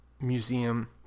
museum